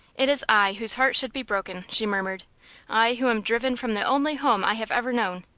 it is i whose heart should be broken! she murmured i who am driven from the only home i have ever known.